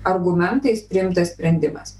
argumentais priimtas sprendimas